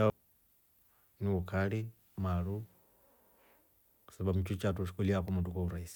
Ni ukari. maru kwa sababu ndo ncho chao twekolya kunu kwamotru kwa urahisi.